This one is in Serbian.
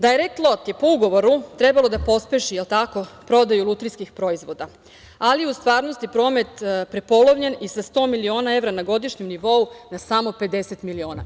Dajrekt Lot“ je po ugovoru trebalo da pospeši prodaju lutrijskih proizvoda, ali u stvarnosti promet je prepolovljen i sa 100 miliona evra na godišnjem nivou na samo 50 miliona.